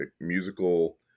musical